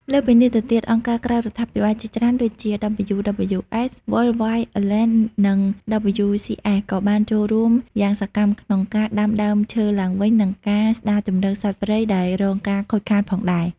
លើសពីនេះទៅទៀតអង្គការក្រៅរដ្ឋាភិបាលជាច្រើនដូចជា WWF Wildlife Alliance និង WCS ក៏បានចូលរួមយ៉ាងសកម្មក្នុងការ ដាំដើមឈើឡើងវិញ និងការស្តារជម្រកសត្វព្រៃដែលរងការខូចខាតផងដែរ។